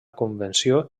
convenció